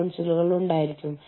ഏറ്റെടുക്കലും ലയിപ്പിക്കലും